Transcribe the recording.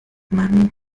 man